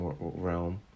realm